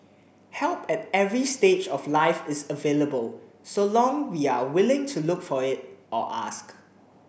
help at every stage of life is available so long we are willing to look for it or ask